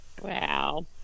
Wow